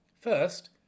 First